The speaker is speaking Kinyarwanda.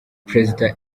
perezida